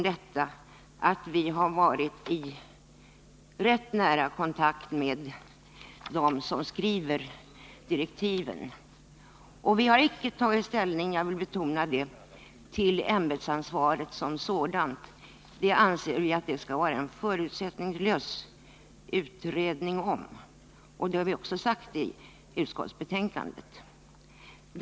Dessutom har vi varit i nära kontakt med dem som skriver utredningsdirektiven. Vi har icke tagit ställning — jag vill betona det — till ämbetsansvaret som sådant. Det anser vi att det skall vara en förutsättningslös utredning om, och det har vi också sagt i utskottsbetänkandet.